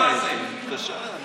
כשפגעו בכם.